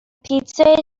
پیتزای